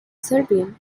serbian